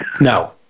No